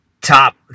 Top